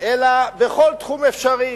אלא בכל תחום אפשרי.